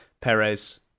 Perez